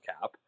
cap